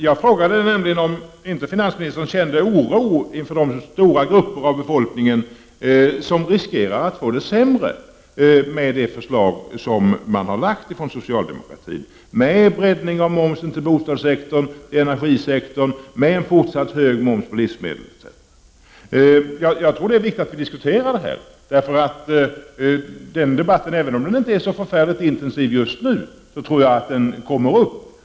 Jag frågade nämligen om finansministern inte känner oro inför att stora grupper av befolkningen riskerar att få det sämre med det förslag som lagts fram från socialdemokratin, med breddning av momsen till bostadssektorn, till energisektorn, en fortsatt hög moms på livsmedel, etc. Jag tror att det är viktigt att diskutera frågan. Även om debatten inte är så förfärligt intensiv nu kommer frågan upp.